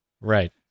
right